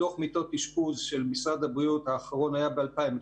דוח מיטות אשפוז של משרד הבריאות האחרון היה ב-2019,